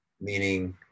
Meaning